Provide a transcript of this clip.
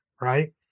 right